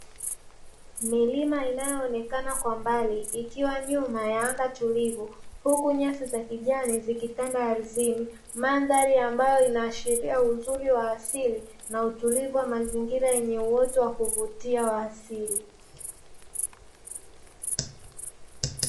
Milima inayoonekana kwa mbali ikiwa nyuma ya anga tulivu, huku nyasi za kijani zikitanda ardhini, mandhari ambayo inayoashiria uzuri wa asili na utulivu wa mazingira yenye uoto wa kuvutia wa asili.